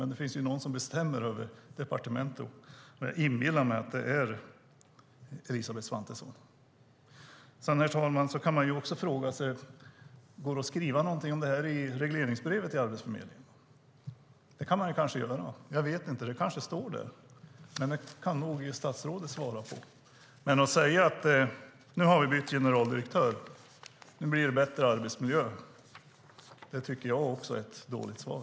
Men det finns ju någon som bestämmer över departementet, och jag inbillar mig att det är Elisabeth Svantesson. Herr talman! Man kan också fråga sig om det går att skriva någonting om det här i regleringsbrevet till Arbetsförmedlingen. Jag vet inte. Det kanske redan står där? Det kan nog statsrådet svara på. Men att säga att man nu har bytt generaldirektör och att det därför ska bli bättre arbetsmiljö tycker jag är ett dåligt svar.